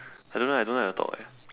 I don't know eh I don't like to talk eh